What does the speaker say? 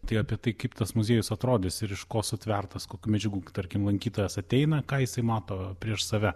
tai apie tai kaip tas muziejus atrodys ir iš ko sutvertas kokių medžiagų tarkim lankytojas ateina ką jisai mato prieš save